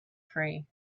free